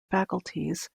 faculties